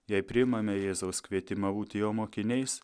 jei priimame jėzaus kvietimą būti jo mokiniais